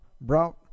brought